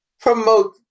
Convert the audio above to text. promote